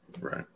Right